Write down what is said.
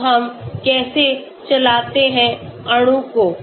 अब हम कैसे चलाते हैं अणु को